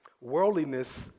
Worldliness